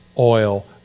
oil